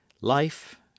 Life